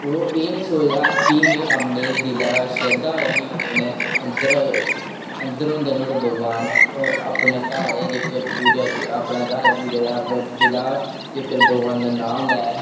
ते ओह् एह् निं सोचदा कि में अपने दिलै दे अंदर शरधा कन्नै अंदर होंदे नुहाड़े भगवान ओह् अगर अपने घर गै पूजा अपने दिला जेकर भगवान दा नाम बी लै